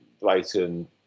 Brighton